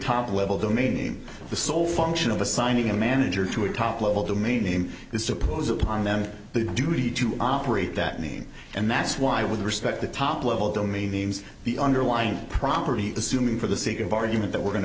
top level domain name the sole function of assigning a manager to a top level domain name is suppose upon then the duty to operate that name and that's why with respect the top level domain names the underlying property assuming for the sake of argument that we're going